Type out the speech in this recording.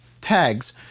tags